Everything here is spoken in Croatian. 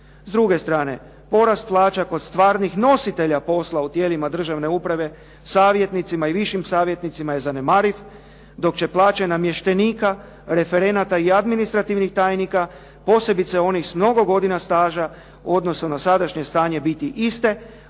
S druge strane, porast plaća kod stvarnih nositelja posla u tijelima državne uprave, savjetnicima i višim savjetnicima je zanemariv, dok će plaće namještenika, referenata i administrativnih tajnika, posebice onih s mnogo godina staža u odnosu na sadašnje stanje biti iste,